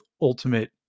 ultimate